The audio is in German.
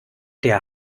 der